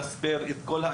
של מציאת פתרונות.